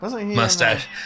Mustache